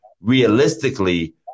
realistically